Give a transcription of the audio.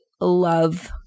love